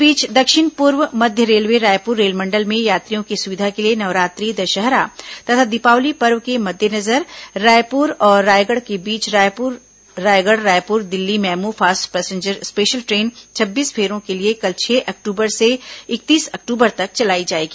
इस बीच दक्षिण पूर्व मध्य रेलवे रायपुर रेलमंडल में यात्रियों की सुविधा के लिए नवरात्रि दशहरा तथा दीपावली पर्व के मद्देनजर रायपुर और रायगढ़ के बीच Raipur Raigarh Raipur Delhi MEMU fast passenger special train छब्बीस फेरों के लिए कल छह अक्टूबर से इकतीस अक्टूबर तक चलाई जाएगी